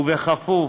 ובכפוף,